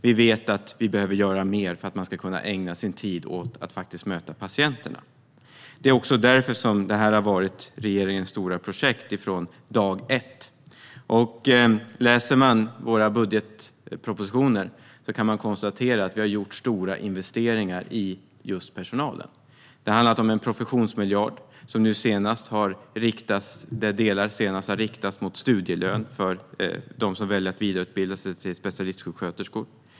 Vi vet att vi behöver göra mer för att personalen ska kunna ägna sin tid åt att faktiskt möta patienterna. Detta har också varit regeringens stora projekt från dag ett. Läser man våra budgetpropositioner kan man konstatera att vi gjort stora investeringar i just personalen. Det har handlat om en professionsmiljard, där delar nu senast har riktats mot studielön för dem som väljer att vidareutbilda sig till specialistsjuksköterskor.